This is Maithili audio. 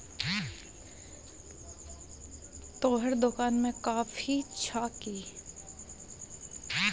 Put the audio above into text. तोहर दोकान मे कॉफी छह कि?